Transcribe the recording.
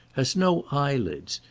has no eyelids.